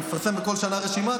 בכל שנה הוא מפרסם רשימה,